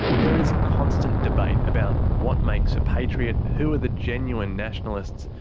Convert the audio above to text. there is constant debate about what makes a patriot, who are the genuine nationalists,